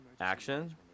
Action